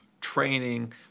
training